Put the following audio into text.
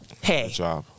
hey